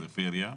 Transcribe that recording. פריפריה.